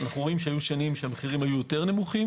היו שנים שהמחירים היו יותר נמוכים